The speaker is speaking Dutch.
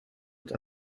het